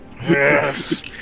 Yes